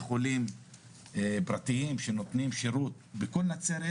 חולים פרטיים שנותנים שירות בכל נצרת,